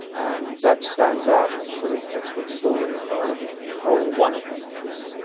and that stands out as the sort of textbook story of biological control, or one of them at least.